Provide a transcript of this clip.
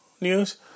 news